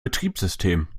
betriebssystem